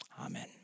Amen